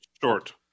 short